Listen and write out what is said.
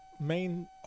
main